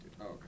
okay